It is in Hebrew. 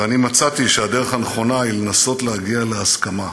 ואני מצאתי שהדרך הנכונה היא לנסות להגיע להסכמה,